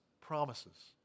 promises